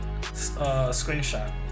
screenshot